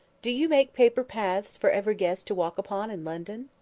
do you make paper paths for every guest to walk upon in london?